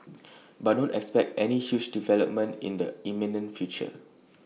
but don't expect any huge development in the imminent future